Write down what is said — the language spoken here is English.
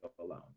alone